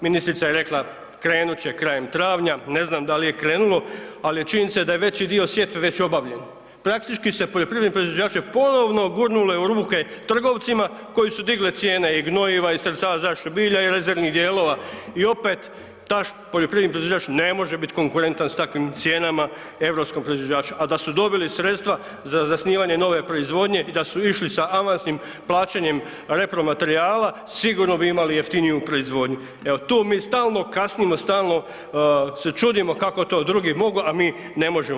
Ministrica je rekla krenut će krajem travnja, ne znam da li je krenulo, ali činjenica je da je veći dio sjetve već obavljen, praktički se poljoprivredne proizvođače ponovo gurnulo u ruke trgovcima koji su dignuli cijene i gnojiva i sredstava za zaštitu bilja i rezervnih dijelova i opet taj poljoprivredni proizvođač ne može biti konkretan s takvim cijenama europskom proizvođaču, a da su dobili sredstva za zasnivanje nove proizvodnje i da su išli sa avansnim plaćanjem repromaterijala, sigurno bi imali jeftiniju proizvodnju, evo tu mi stalno kasnimo, stalno se čudimo kako to drugi mogu, a mi ne možemo.